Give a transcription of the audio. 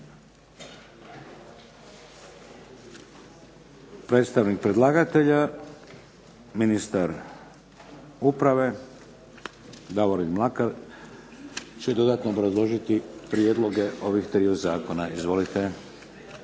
Predstavnik predlagatelja, ministar uprave, Davorin Mlakar će dodatno obrazložiti prijedloge ovih triju Zakona. Izvolite.